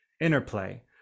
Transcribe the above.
interplay